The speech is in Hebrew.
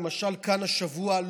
למשל כאן השבוע,